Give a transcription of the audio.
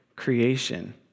creation